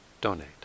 donate